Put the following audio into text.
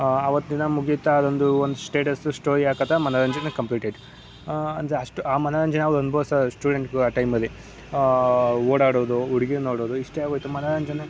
ಅವತ್ತು ದಿನ ಮುಗಿಯುತ್ತೆ ಅದೊಂದು ಒಂದು ಸ್ಟೇಟಸ್ಸು ಸ್ಟೋರಿ ಹಾಕಿದ್ರೆ ಮನೋರಂಜನೆ ಕಂಪ್ಲೀಟೆಡ್ ಅಂದರೆ ಅಷ್ಟು ಆ ಮನೋರಂಜನೆ ಅವ್ರು ಅನುಭವ್ಸೋ ಸ್ಟೂಡೆಂಟ್ಗಳು ಆ ಟೈಮಲ್ಲಿ ಓಡಾಡೋದು ಹುಡ್ಗೀರ್ನ ನೋಡೋದು ಇಷ್ಟೇ ಆಗೋಯಿತು ಮನೋರಂಜನೆ